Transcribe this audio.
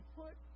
put